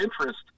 interest